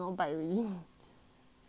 right